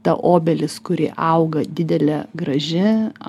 ta obelis kuri auga didelė graži